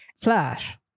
flash